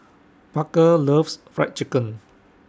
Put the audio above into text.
Parker loves Fried Chicken